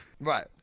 Right